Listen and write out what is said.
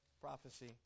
prophecy